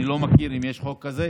אני לא מכיר אם יש חוק כזה.